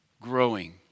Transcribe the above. growing